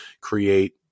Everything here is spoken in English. create